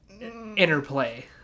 Interplay